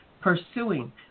Pursuing